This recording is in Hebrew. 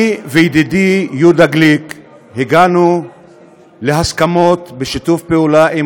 אני וידידי יהודה גליק הגענו להסכמות בשיתוף פעולה עם